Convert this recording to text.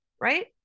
right